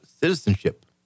citizenship